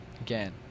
again